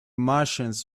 martians